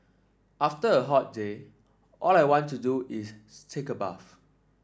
after a hot day all I want to do is take a bath